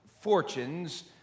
fortunes